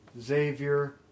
Xavier